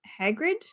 hagrid